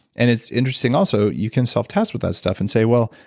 and it's interesting also you can self test with that stuff and say, well,